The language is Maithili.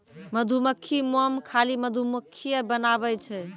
मधुमक्खी मोम खाली मधुमक्खिए बनाबै छै